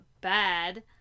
bad